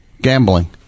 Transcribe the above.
Gambling